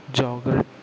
jogger